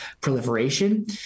proliferation